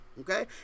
Okay